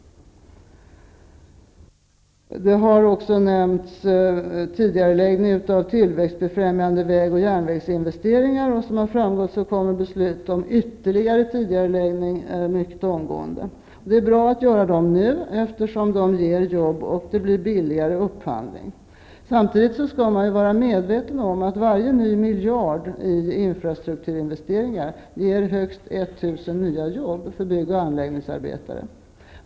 Tidigareläggning av tillväxtbefrämjande väg och järnvägsinvesteringar har också nämnts. Som framgått kommer beslut om ytterligare tidigareläggning omgående. Det är bra att göra dessa investeringar nu, eftersom de ger jobb och det blir billigare upphandling. Samtidigt skall man vara medveten om att varje ny miljard i infrastrukturinvesteringar ger högst 1 000 nya jobb för bygg och anläggingsarbetare.